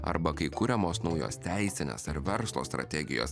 arba kai kuriamos naujos teisinės ar verslo strategijos